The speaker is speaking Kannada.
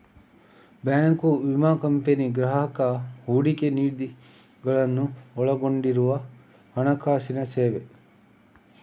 ಬ್ಯಾಂಕು, ವಿಮಾ ಕಂಪನಿ, ಗ್ರಾಹಕ ಹೂಡಿಕೆ ನಿಧಿಗಳನ್ನು ಒಳಗೊಂಡಿರುವ ಹಣಕಾಸಿನ ಸೇವೆ